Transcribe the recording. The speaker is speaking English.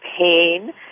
pain